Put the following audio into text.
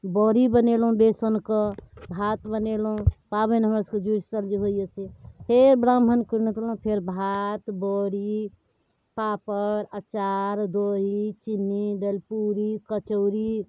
बड़ी बनेलहुँ बेसनके भात बनेलहुँ पाबनि हमरासभके जूड़शीतल जे होइए से फेर ब्राह्मणके नोतलहुँ फेर भात बड़ी पापड़ अचार दही चिन्नी दलिपूड़ी कचौड़ी